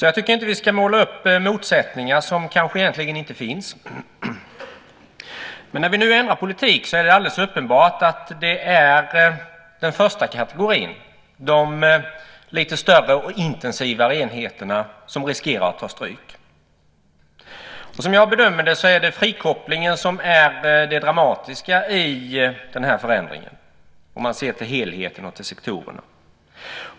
Jag tycker inte att vi ska måla upp motsättningar som kanske egentligen inte finns. När vi nu ändrar politik är det alldeles uppenbart att det är den första kategorin, de lite större och intensivare enheterna, som riskerar att ta stryk. Som jag bedömer det är det frikopplingen som är det dramatiska i förändringen, om man ser till helheten och sektorerna.